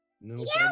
no